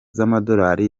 z’amadorali